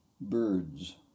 birds